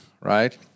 right